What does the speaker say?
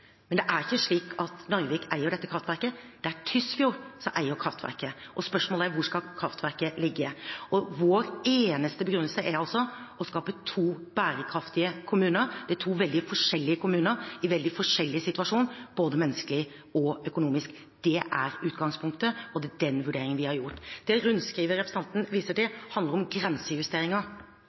Men det er ikke slik at Narvik eier dette kraftverket; det er Tysfjord som eier kraftverket. Og spørsmålet er hvor kraftverket skal ligge. Vår eneste begrunnelse er å skape to bærekraftige kommuner i to veldig forskjellige kommuner i veldig forskjellig situasjon, når det gjelder både mennesker og økonomi. Det er utgangspunktet, og det er den vurderingen vi har gjort. Det rundskrivet representanten viser til, handler om grensejusteringer.